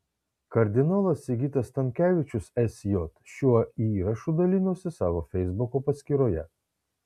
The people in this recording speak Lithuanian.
kardinolas sigitas tamkevičius sj šiuo įrašu dalinosi savo feisbuko paskyroje